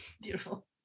Beautiful